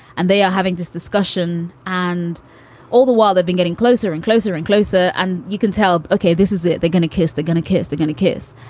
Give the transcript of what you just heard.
and they are having this discussion and all the while they've been getting closer and closer and closer and you can tell. okay. this is it. they're gonna kiss. they're gonna kiss. they're gonna kiss.